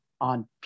on